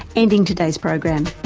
ending today's program.